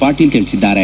ಪಾಟೀಲ್ ತಿಳಿಸಿದ್ದಾರೆ